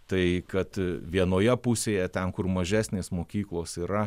tai kad vienoje pusėje ten kur mažesnės mokyklos yra